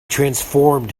transformed